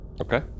Okay